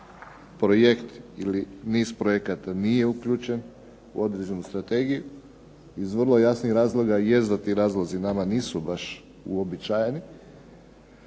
projekt ili niz projekata nije uključen u određenu strategiju iz vrlo jasnih razloga. Jest da ti razlozi nama nisu baš uobičajeni,